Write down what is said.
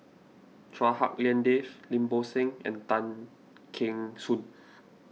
Chua Hak Lien Dave Lim Bo Seng and Tan Kheng Soon